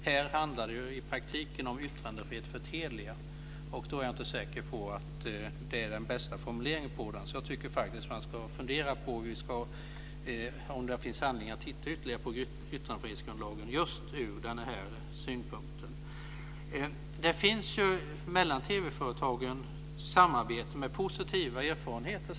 Här handlar det i praktiken om yttrandefrihet för Telia, och jag är inte säker på att detta är den bästa formuleringen. Jag tycker faktiskt att man ska fundera på om det finns anledning att ytterligare granska yttrandefrihetsgrundlagen ur just den här synpunkten. Det finns samtidigt mellan TV-företagen ett samarbete med positiva erfarenheter.